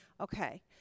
Okay